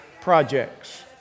projects